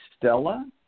Stella